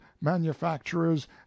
manufacturers